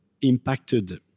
impacted